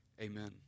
Amen